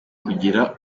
kugira